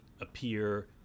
appear